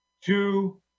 two